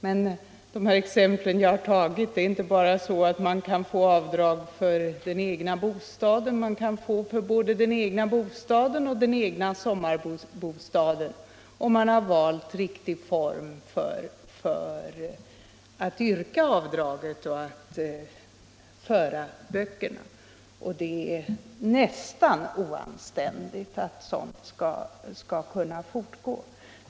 Men de exempel som jag tog gäller inte bara att man kan få avdrag för den egna bostaden, utan man kan också få avdrag för den egna sommarbostaden, om man har valt den riktiga vägen för att yrka avdrag och föra böckerna. Och det är nästan oanständigt att sådant skall få fortgå.